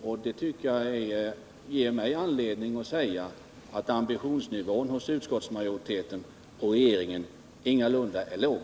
Och det ger mig anledning att säga att ambitionsnivån hos utskottsmajoriteten och regeringen ingalunda är låg.